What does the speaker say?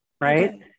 right